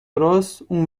راست، اون